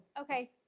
okay